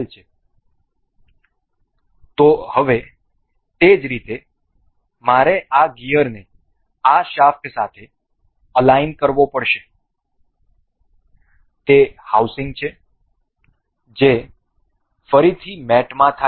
તેથી હવે તે જ રીતે મારે આ ગિઅરને આ શાફ્ટ સાથે અલાઈન કરવો પડશે તે હાઉસિંગ છે જે ફરીથી મેટ થાય છે